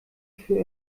für